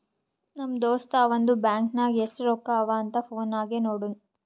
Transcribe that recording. ನಮ್ ದೋಸ್ತ ಅವಂದು ಬ್ಯಾಂಕ್ ನಾಗ್ ಎಸ್ಟ್ ರೊಕ್ಕಾ ಅವಾ ಅಂತ್ ಫೋನ್ ನಾಗೆ ನೋಡುನ್